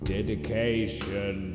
Dedication